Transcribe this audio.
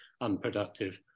unproductive